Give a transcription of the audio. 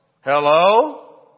Hello